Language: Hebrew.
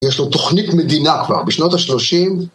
יש לו תוכנית מדינה כבר, בשנות ה-30.